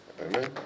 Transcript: Amen